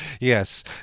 yes